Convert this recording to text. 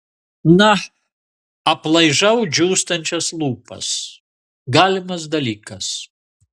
na aplaižau džiūstančias lūpas galimas dalykas